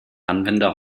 anwender